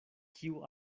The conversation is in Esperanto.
kiu